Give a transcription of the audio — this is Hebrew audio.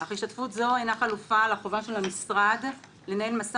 אך השתתפות זו אינה חלופה לחובה של המשרד לנהל משא